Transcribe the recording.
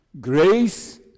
Grace